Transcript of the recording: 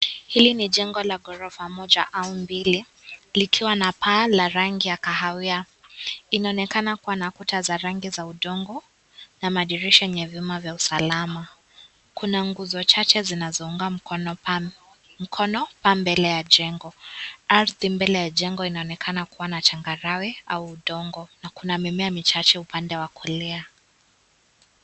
Hili ni jengo la gorofa moja au mbili likiwa la paa ya rangi ya kahawia .Inaonekana kuwa na kuta za rangi za udongo na madirisha yenye vyuma vya usalama kuna nguzo chache. Kuna nguzo chache zinazounga mkono paa nje ya jengo. Ardhi mbele ya jengo inaonekana kuwa na changarawe au udongo na kuna mimea michache upande wa kulia .